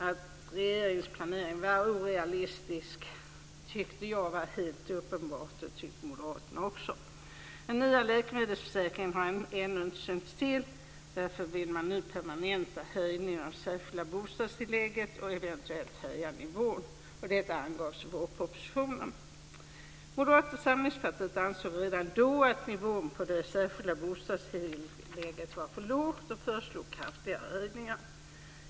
Att regeringens planering var orealistisk tyckte jag och även moderaterna i övrigt var helt uppenbart. Den nya läkemedelsförsäkringen har ännu inte synts till. Därför vill man nu permanenta höjningen av det särskilda bostadstillägget och eventuellt höja nivån. Moderata samlingspartiet ansåg redan då att nivån på det särskilda bostadstillägget var för låg och föreslog kraftigare höjningar.